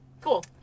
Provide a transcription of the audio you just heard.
Cool